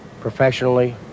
professionally